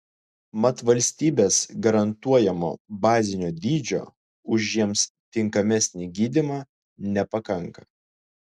mat valstybės garantuojamo bazinio dydžio už jiems tinkamesnį gydymą nepakanka